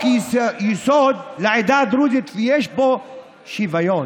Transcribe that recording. הגשנו חוק-יסוד לעדה הדרוזית שיש בו שִׁוָויון.